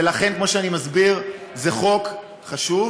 ולכן, כמו שאני מסביר, זה חוק חשוב,